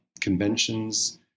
conventions